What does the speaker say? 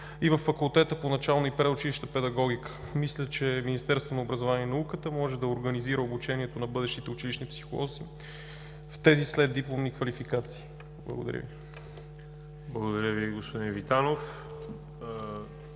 и във Факултета по начална и предучилищна педагогика. Мисля, че Министерство на образованието и науката може да организира обучението на бъдещите училищни психолози в тези следдипломни квалификации. Благодаря Ви. ПРЕДСЕДАТЕЛ ВАЛЕРИ